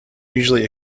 usually